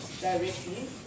directly